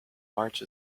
march